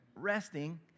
resting